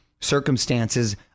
circumstances